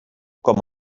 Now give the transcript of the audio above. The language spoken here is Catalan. com